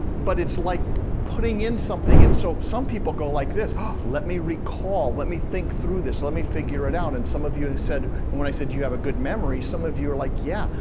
but it's like putting in something and so some people go like this ah let me recall, let me think through this, let me figure it out. and some of you have said, and when i said do you have a good memory, some of you are like, yeah,